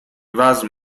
وزن